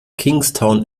kingstown